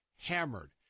hammered